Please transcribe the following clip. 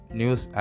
news